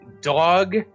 dog